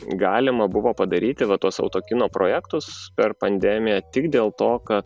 galima buvo padaryti va tuos autokino projektus per pandemiją tik dėl to kad